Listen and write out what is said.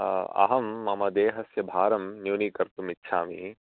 अहं मम देहस्य भारं न्यूनीकर्तुम् इच्छामि